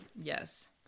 Yes